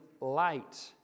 light